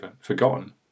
forgotten